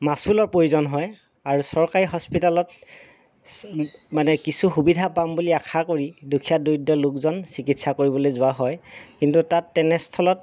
মাচুলৰ প্ৰয়োজন হয় আৰু চৰকাৰী হস্পিটালত মানে কিছু সুবিধা পাম বুলি আশা কৰি দুখীয়া দৰিদ্ৰ লোকজন চিকিৎসা কৰিবলৈ যোৱা হয় কিন্তু তাত তেনেস্থলত